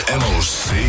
moc